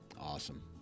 awesome